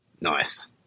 Nice